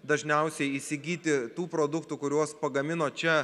dažniausiai įsigyti tų produktų kuriuos pagamino čia